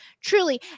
truly